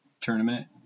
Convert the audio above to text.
tournament